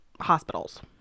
hospitals